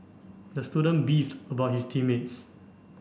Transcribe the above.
the student beefed about his team mates